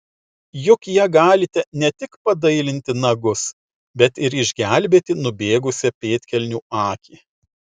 juk ja galite ne tik padailinti nagus bet ir išgelbėti nubėgusią pėdkelnių akį